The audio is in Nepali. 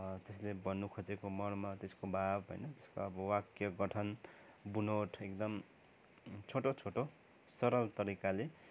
त्यसले भन्नु खोजेको मर्म त्यसको भाव होइन अब त्यसको वाक्य गठन बुनोट एकदम छोटो छोटो सरल तरिकाले